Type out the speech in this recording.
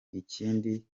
ikindi